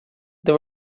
the